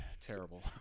Terrible